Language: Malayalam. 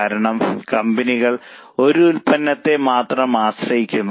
കാരണം കമ്പനികൾ ഒരു ഉൽപ്പന്നത്തെ മാത്രം ആശ്രയിക്കുന്നു